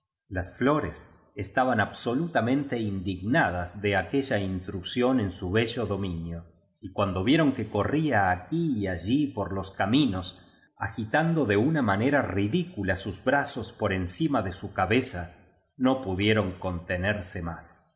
las flores estaban absolutamente indignadas de aquella intrusión en su bello dominio y cuando vieron que corría aquí y allí por los caminos agitando de una manera ridicula sus brazos por encima de su cabeza no pudieron contenerse más